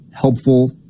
helpful